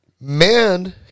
Man